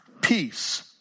peace